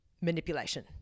manipulation